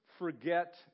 Forget